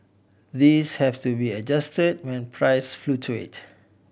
these have to be adjust when price fluctuate